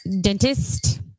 dentist